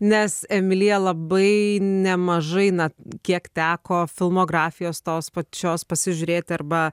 nes emilija labai nemažai na kiek teko filmografijos tos pačios pasižiūrėti arba